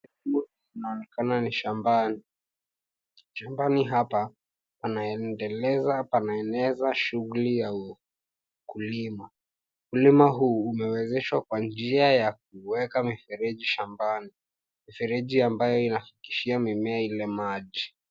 Humu panonekana ni shambani. Shambani hapa panaendeleza, panaeneza shughuli ya ukulima. Ukulima huu umewezeshwa kwa njia ya kuweka mifereji shambani, mifereji ambayo inafikishia mimea ile maji.